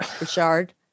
Richard